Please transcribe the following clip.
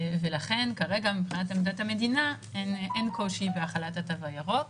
ולכן כרגע מבחינת עמדת המדינה אין קושי בהחלת התו הירוק,